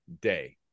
day